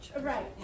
Right